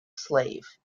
slave